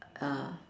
err